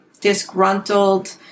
disgruntled